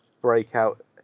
breakout